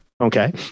Okay